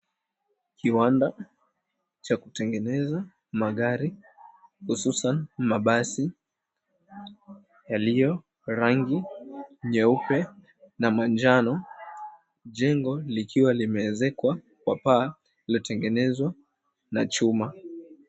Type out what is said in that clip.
Kiwanda cha kutengeneza magari hususan mabasi yaliyo rangi nyeupe na manjano. Jengo likiwa limeezekwa kwa paa lililotengenezwa na chuma.